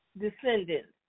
descendants